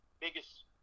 biggest